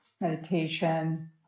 meditation